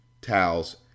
towels